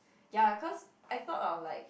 ya cause I thought of like